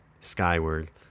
Skyward